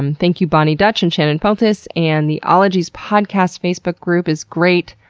and thank you boni dutch, and shannon feltus, and the ologies podcast facebook group is great.